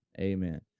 Amen